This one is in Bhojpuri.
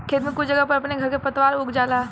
खेत में कुछ जगह पर अपने से खर पातवार उग जाला